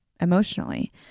emotionally